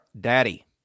Daddy